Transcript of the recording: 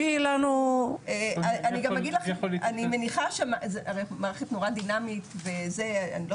אני מניחה שזה מערכת נורא דינמית ואני לא